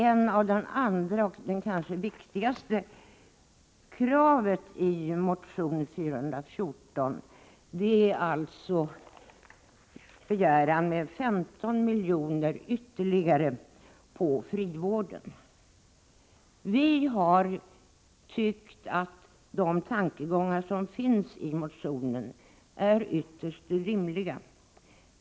Ett av de andra och kanske det viktigaste kravet i motion 417 är begäran om 15 miljoner ytterligare till frivården. Vi har tyckt att de tankegångar som finns i motionen är ytterst rimliga.